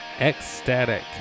Ecstatic